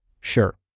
Sure